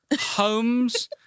Homes